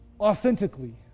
authentically